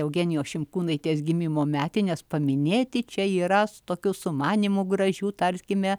eugenijos šimkūnaitės gimimo metines paminėti čia yra su tokiu sumanymu gražių tarkime